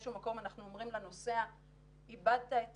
שהוא מקום אנחנו אומרים לנוסע "איבדת את